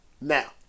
Now